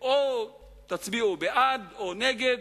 תצביעו בעד או נגד.